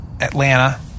Atlanta